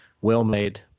well-made